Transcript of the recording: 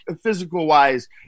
physical-wise